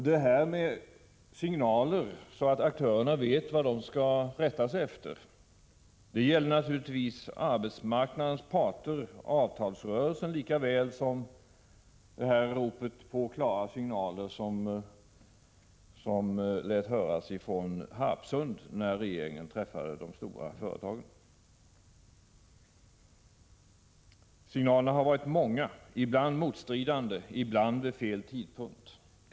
Att ge signaler som gör att arbetsmarknadens parter vet vad de skall rätta sig efter i avtalsrörelsen är naturligtvis lika viktigt som att lyssna till det rop på klara signaler som hördes från Harpsund när regeringen träffade de stora företagen. Signalerna har varit många. Ibland har de varit motstridande, och ibland har de givits vid fel tidpunkt.